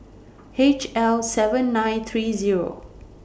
H L seven nine three Zero